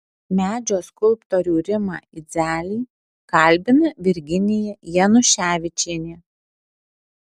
medžio skulptorių rimą idzelį kalbina virginija januševičienė